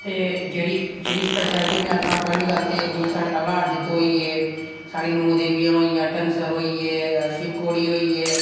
ते जेह्ड़ी जेह्ड़ी स्पैशैलिटी में आक्खा नां पैह्ली गल्ल ते स्हाढ़े अघार जित्तो होई गे स्हाड़ी नौ देवियां होई गेइयां धनसर होई गे शिवखोड़ी होई गे